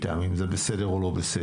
איתם, אם זה בסדר או לא בסדר.